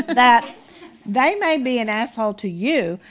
that they may be an asshole to you,